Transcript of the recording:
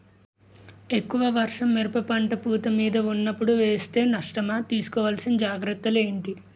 ఎక్కువ వర్షం మిరప పంట పూత మీద వున్నపుడు వేస్తే నష్టమా? తీస్కో వలసిన జాగ్రత్తలు ఏంటి?